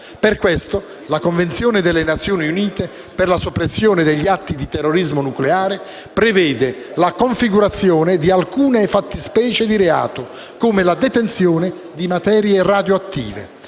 Per questo la Convenzione delle Nazioni Unite per la soppressione degli atti di terrorismo nucleare prevede la configurazione di alcune fattispecie di reato, come la detenzione di materie radioattive,